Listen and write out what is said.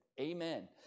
Amen